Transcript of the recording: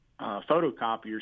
photocopiers